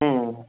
হুম